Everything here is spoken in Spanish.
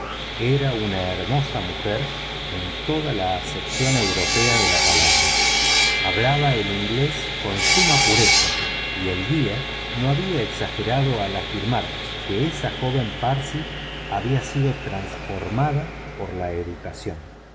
era una hermosa mujer en toda la acepcion europea de la palabra hablaba inglés con suma pureza y el guía no había exagerado al afirmar que esa joven parsi había sido transformada por la educación